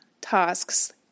tasks